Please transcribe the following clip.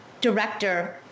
director